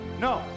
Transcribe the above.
No